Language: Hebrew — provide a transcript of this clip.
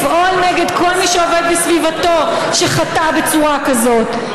לפעול נגד כל מי שעובד בסביבתו וחטא בצורה כזאת,